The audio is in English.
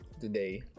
today